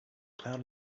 cloud